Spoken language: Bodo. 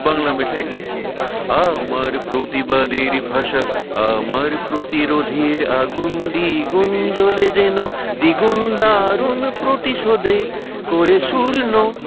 बांग्ला मेथाइ